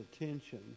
attention